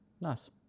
nice